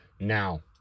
Now